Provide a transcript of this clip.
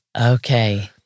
Okay